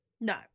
No